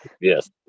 Yes